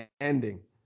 ending